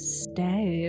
stay